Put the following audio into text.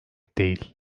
değil